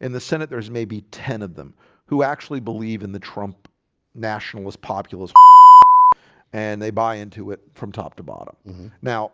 in the senate there's maybe ten of them who actually believe in the trump national was populous ah and they buy into it from top to bottom now